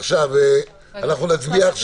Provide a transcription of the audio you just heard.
עכשיו נצביע על